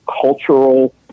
cultural